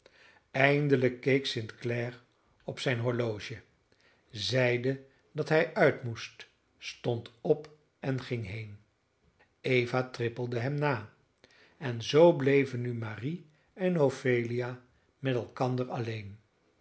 eindelijk keek st clare op zijn horloge zeide dat hij uit moest stond op en ging heen eva trippelde hem na en zoo bleven nu marie en ophelia met elkander alleen